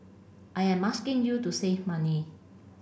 I am asking you to save money